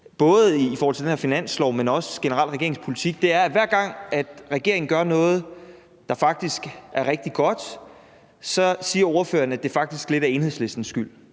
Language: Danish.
både i forhold til den her finanslov, men også generelt i forhold til regeringens politik – er, at hver gang regeringen gør noget, der faktisk er rigtig godt, så siger ordføreren, at det faktisk lidt er Enhedslistens skyld.